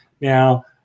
Now